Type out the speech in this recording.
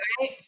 right